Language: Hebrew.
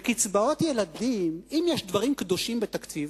וקצבאות ילדים, אם יש דברים קדושים בתקציב,